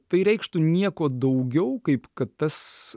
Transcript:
tai reikštų nieko daugiau kaip kad tas